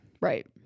right